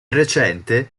recente